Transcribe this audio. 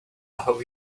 how